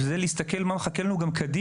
וזה להסתכל מה מחכה לנו גם קדימה.